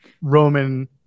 Roman